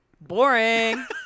boring